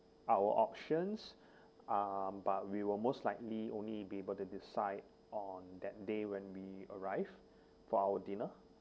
our options um but we will most likely only be able to decide on that day when we arrive for our dinner